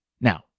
Now